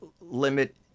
limit